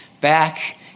back